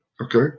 Okay